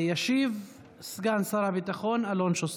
ישיב סגן שר הביטחון אלון שוסטר.